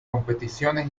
competiciones